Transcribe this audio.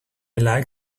like